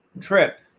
trip